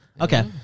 Okay